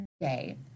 day